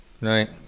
right